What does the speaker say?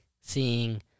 seeing –